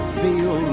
feel